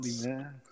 man